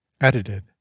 Edited